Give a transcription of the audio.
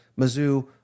Mizzou